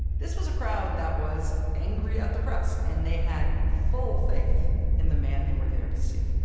this was a crowd that was angry at the press. and they had full-faith in the man they were there to see